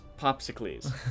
popsicles